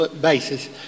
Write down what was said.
basis